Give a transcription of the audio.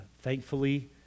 Thankfully